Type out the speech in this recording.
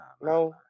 no